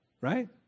Right